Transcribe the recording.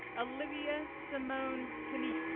olivia simone keneipp,